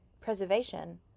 Preservation